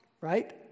right